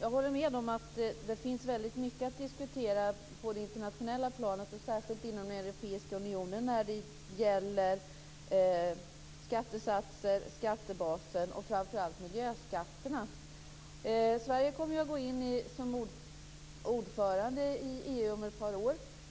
Jag håller med om att det finns mycket att diskutera på det internationella planet och särskilt inom den europeiska unionen när det gäller skattesatser, skattebaser och framför allt miljöskatter. Sverige kommer att gå in som ordförande i EU om ett par år.